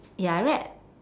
ya I read